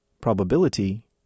probability